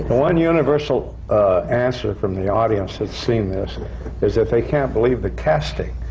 one universal answer from the audience that's seen this is that they can't believe the casting.